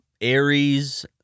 Aries